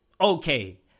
okay